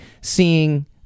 seeing